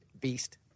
beast